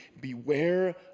beware